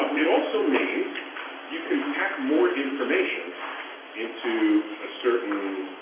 um it also means you can pack more information into a certain,